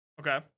Okay